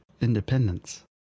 independence